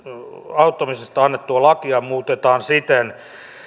auttamisesta annettua lakia muutetaan siten